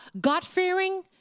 God-fearing